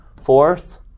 fourth